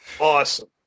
awesome